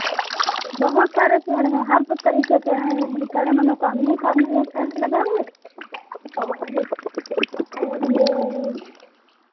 बहुत सारे पेड़ हैं हर वो तरीके के हैं हम ये कहे रहे मनोकामनी का भी एक पेड़ लगा है और और ये